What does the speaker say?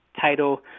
Title